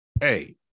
hey